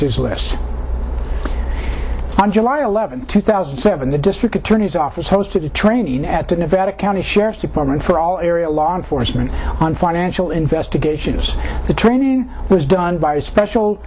celeste on july eleventh two thousand and seven the district attorney's office hosted a training at the nevada county sheriff's department for all area law enforcement on financial investigation of the training was done by a special